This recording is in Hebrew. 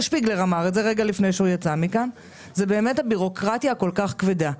אני מקבל רווחה?